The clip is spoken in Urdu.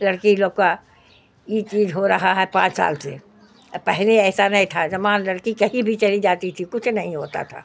لڑکی لوگ کا ای چیز ہو رہا ہے پانچ سال سے اور پہلے ایسا نہیں تھا زمان لڑکی کہیں بھی چلی جاتی تھی کچھ نہیں ہوتا تھا